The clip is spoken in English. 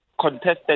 contested